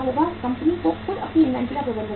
company को खुद अपनी इन्वेंट्री का प्रबंधन करना होगा